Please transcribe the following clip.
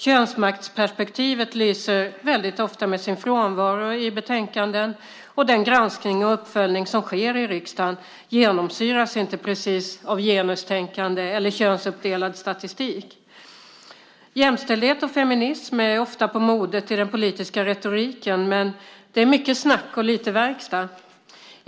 Könsmaktsperspektivet lyser ofta med sin frånvaro i betänkanden, och den granskning och uppföljning som sker i riksdagen genomsyras inte precis av genustänkande eller könsuppdelad statistik. Jämställdhet och feminism är ofta på modet i den politiska retoriken, men det är mycket snack och lite verkstad.